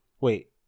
Wait